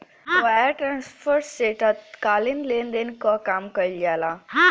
wire transfer से तात्कालिक लेनदेन कअ काम कईल जाला